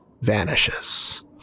vanishes